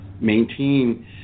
maintain